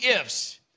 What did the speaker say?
ifs